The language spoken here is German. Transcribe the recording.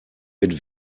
mit